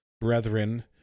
brethren